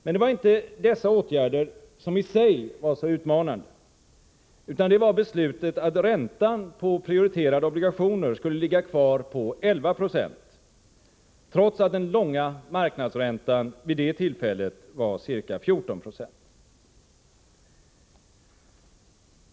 Men det var inte dessa åtgärder som i sig var så utmananade, utan det var beslutet att räntan på prioriterade obligationer skulle ligga kvar på 11 96, trots att den långa marknadsräntan vid det tillfället var ca 1490.